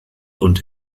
und